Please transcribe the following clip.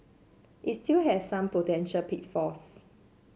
it still has some potential pitfalls